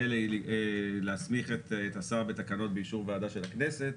להציג תכנית ולקבל אישור כמועצה דתית